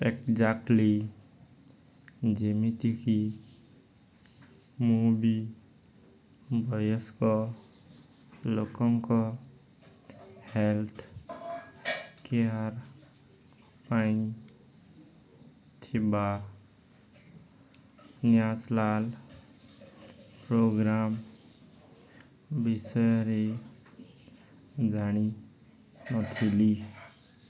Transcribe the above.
exactly ଯେମିତି କି ମୁଁ ବି ବୟସ୍କ ଲୋକଙ୍କ ହେଲ୍ଥ୍ କେୟାର୍ ପାଇଁ ଥିବା ନ୍ୟାସ୍ନାଲ୍ ପ୍ରୋଗ୍ରାମ୍ ବିଷୟରେ ଜାଣି ନଥିଲି